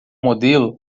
modelo